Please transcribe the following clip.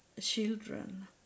children